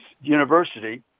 university